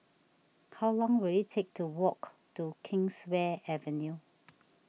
how long will it take to walk to Kingswear Avenue